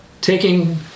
taking